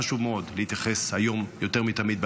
חשוב מאוד להתייחס היום יותר מתמיד,